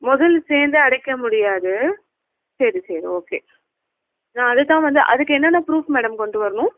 முதல் சேர்ந்து அடைக்க முடியாது சரி சரி ஓகே நான் அது தான் வந்து அதுக்கு என்னென்ன ப்ரூஃப் மேடம் கொண்டு வரணும்